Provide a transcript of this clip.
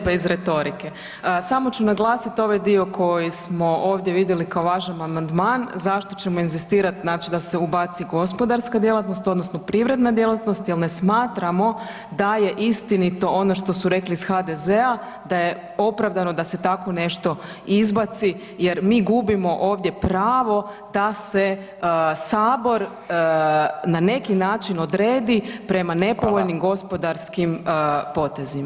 bez retorike, samo ću naglasiti ovaj dio koji smo ovdje vidjeli kao važan amandman zašto ćemo inzistirati znači da se ubaci gospodarska djelatnost odnosno privredna djelatnost jer ne smatramo da je istinito ono što su rekli iz HDZ-a da je opravdano da se tako nešto izbaci jer mi gubimo ovdje pravo da se sabor na neki način odredi prema nepovoljnim gospodarskim [[Upadica: Hvala.]] potezima.